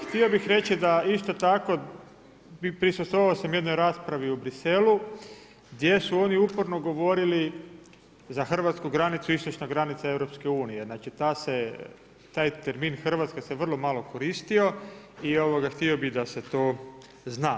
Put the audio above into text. Htio bih reći isto tako prisustvovao sam jednoj raspravi u Bruxellesu gdje su oni uporno govorili za hrvatsku granicu istočna granica EU, znači taj termin Hrvatska se vrlo malo koristio i htio bih da se to zna.